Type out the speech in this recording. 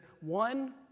one